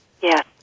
Yes